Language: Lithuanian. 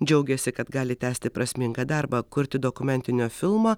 džiaugiasi kad gali tęsti prasmingą darbą kurti dokumentinio filmą